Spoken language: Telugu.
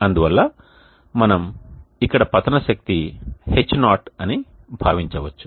అందువల్ల మనం ఇక్కడ పతన శక్తి H0 అని భావించవచ్చు